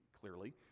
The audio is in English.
clearly